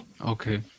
Okay